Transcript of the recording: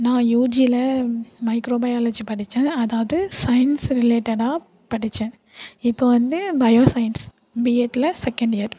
நான் யூஜியில் microbiology படித்தேன் அதாவது சயின்ஸ் ரிலேட்டடாக படித்தேன் இப்போ வந்து பயோசயின்ஸ் பிஎட்டில் செகண்ட் இயர்